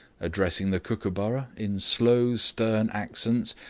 addressing the kookooburra in slow stern accents,